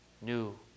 new